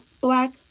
black